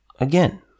Again